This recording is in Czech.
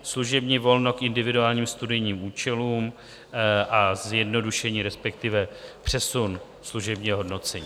Služební volno k individuálním studijním účelům a zjednodušení, respektive přesun, služebního hodnocení.